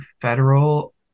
federal